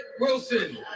Wilson